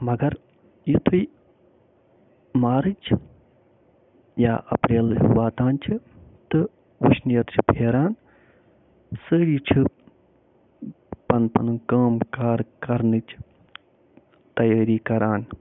مگر یُتھٕے مارٕچ یا اپریل ہیوٗ واتان چھُ تہٕ وٕشنیر چھُ پھیران سٲری چھِ پن پنُن کٲم کار کرنٕچ تیٲری کَران